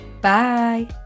Bye